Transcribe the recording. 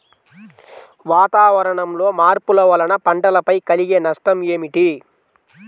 వాతావరణంలో మార్పుల వలన పంటలపై కలిగే నష్టం ఏమిటీ?